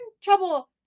trouble